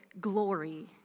glory